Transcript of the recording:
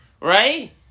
Right